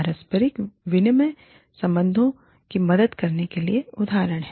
पारस्परिक विनिमय संबंधों की मदद करने के लिए उदाहरण है